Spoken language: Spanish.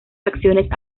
acciones